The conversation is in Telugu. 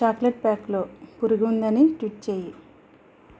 చాక్లెట్ ప్యాక్లో పురుగు ఉందని ట్వీట్ చెయ్యి